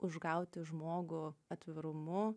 užgauti žmogų atvirumu